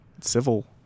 civil